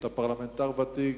אתה פרלמנטר ותיק,